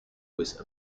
with